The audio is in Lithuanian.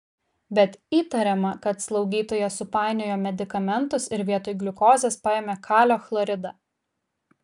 bet įtariama kad slaugytoja supainiojo medikamentus ir vietoj gliukozės paėmė kalio chloridą